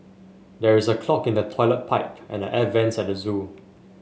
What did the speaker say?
there is a clog in the toilet pipe and the air vents at the zoo